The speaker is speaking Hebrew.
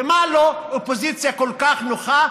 ומה לו אופוזיציה כל כך נוחה,